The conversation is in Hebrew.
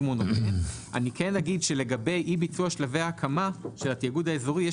כן אומר שלגבי אי ביצוע שלבי ההקמה של התאגוד האזורי,